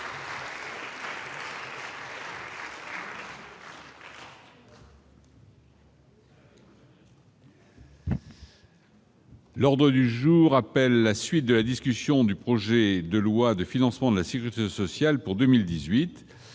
L'ordre du jour appelle la suite de la discussion du projet de loi de financement de la sécurité sociale pour 2018,